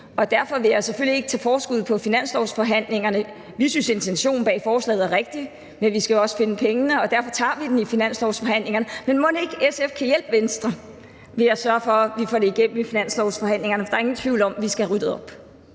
jeg vil selvfølgelig ikke tage forskud på finanslovsforhandlingerne. Vi synes, intentionen bag forslaget er rigtig, men vi skal jo også finde pengene, og derfor tager vi det i finanslovsforhandlingerne. Men mon ikke SF kan hjælpe Venstre ved at sørge for, at vi får det igennem i finanslovsforhandlingerne, for der er ingen tvivl om, at vi skal have ryddet op.